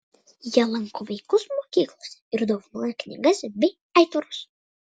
jie lanko vaikus mokyklose ir dovanoja knygas bei aitvarus